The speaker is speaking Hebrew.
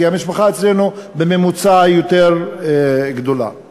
כי המשפחה אצלנו היא יותר גדולה בממוצע.